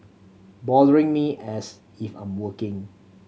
bothering me as if I'm working